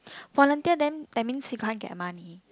volunteer then that means you can't get money